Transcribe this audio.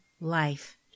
life